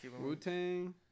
Wu-Tang